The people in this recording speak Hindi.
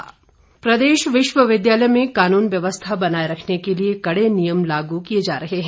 कुलपति प्रदेश विश्विद्यालय में कानून व्यवस्था बनाए रखने के लिए कड़े नियम लागू किए जा रहे हैं